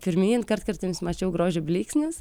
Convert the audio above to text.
pirmyn kartkartėmis mačiau grožio blyksnius